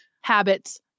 habits